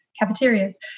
cafeterias